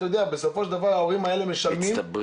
בסופו של דבר להורים האלה -- מצטברים